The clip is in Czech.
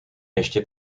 ještě